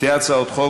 שתי הצעות חוק,